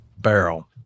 barrel